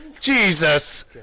Jesus